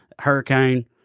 hurricane